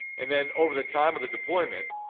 and then over the time of the deployment,